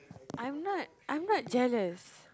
I'm not I'm not jealous